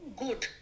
good